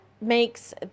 makes